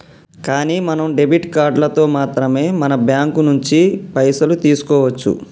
కానీ మనం డెబిట్ కార్డులతో మాత్రమే మన బ్యాంకు నుంచి పైసలు తీసుకోవచ్చు